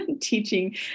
teaching